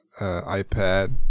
iPad